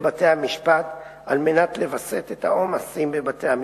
בתי-המשפט על מנת לווסת את העומסים בבתי-המשפט.